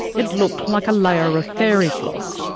it looked like a layer of fairy floss,